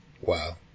Wow